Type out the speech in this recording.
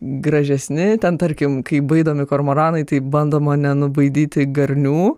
gražesni ten tarkim kai baidomi kormoranai tai bandoma nenubaidyti garnių